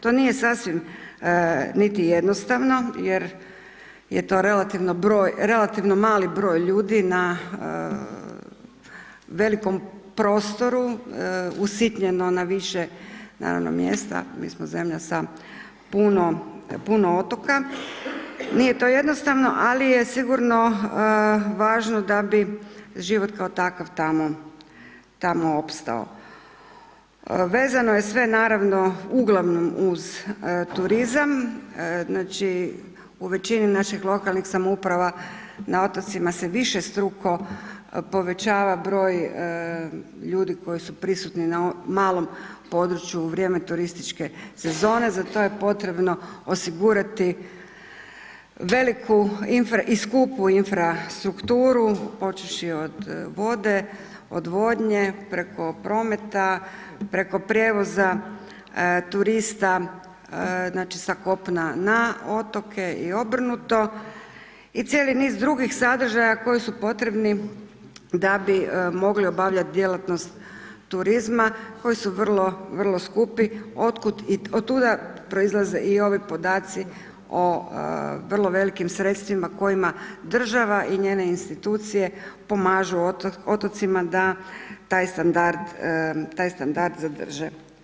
To nije sasvim niti jednostavno jer je to relativno mali broj ljudi na velikom prostoru, usitnjeno na više, naravno mjesta, mi smo zemlja sa puno, puno otoka, nije to jednostavno, ali je sigurno važno da bi život kao takav tamo, tamo opstao, vezano je sve naravno uglavnom uz turizam, znači, u većini naših lokalnih samouprava na otocima se višestruko povećava broj ljudi koji su prisutni na malom području u vrijeme turističke sezone, za to je potrebno osigurati veliku i skupu infrastrukturu, počevši od vode, odvodnje, preko prometa, preko prijevoza turista, znači, sa kopna na otoke i obrnuto i cijeli niz drugih sadržaja koji su potrebni da bi mogli obavljat djelatnost turizma koji su vrlo, vrlo skupi, otuda proizlaze i ovi podaci o vrlo velikim sredstvima kojima država i njene institucije pomažu otocima da taj standard zadrže.